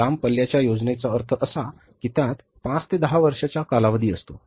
लांब पल्ल्याच्या योजनेचा अर्थ असा की त्यात पाच ते दहा वर्षांचा कालावधी असतो